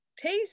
taste